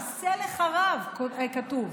עשה לך רב, כתוב.